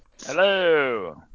Hello